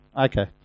Okay